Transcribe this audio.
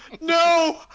No